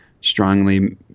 strongly